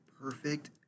perfect